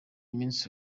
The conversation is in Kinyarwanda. minsi